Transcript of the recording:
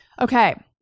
Okay